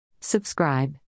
Subscribe